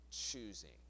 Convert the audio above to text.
choosing